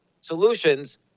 solutions